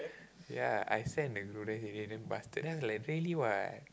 ya I send in the group then he really damn bastard then I like really what